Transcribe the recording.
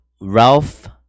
ralph